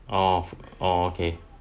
oh oh okay